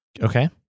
Okay